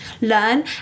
learn